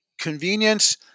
Convenience